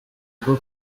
rwo